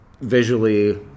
visually